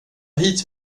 hit